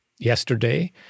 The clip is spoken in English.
yesterday